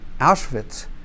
Auschwitz